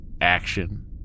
action